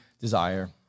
desire